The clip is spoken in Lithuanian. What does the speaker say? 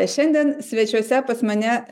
šiandien svečiuose pas mane